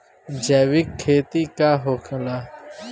जैविक खेती का होखेला?